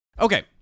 Okay